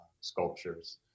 sculptures